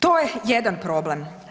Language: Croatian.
To je jedan problem.